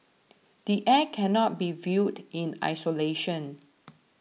the Act cannot be viewed in isolation